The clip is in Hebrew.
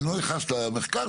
אני לא נכנס לזה,